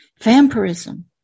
Vampirism